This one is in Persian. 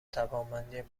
توانمندی